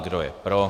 Kdo je pro?